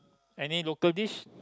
any local dish